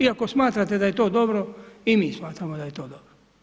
I ako smatrate da je to dobro, i mi smatramo da je to dobro.